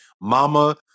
mama